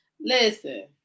Listen